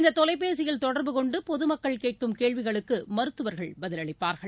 இந்த தொலைபேசியில் தொடர்பு கொண்டு பொதுமக்கள் கேட்கும் கேள்விகளுக்கு மருத்துவர்கள் பதிலளிப்பார்கள்